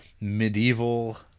medieval